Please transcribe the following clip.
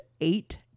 eight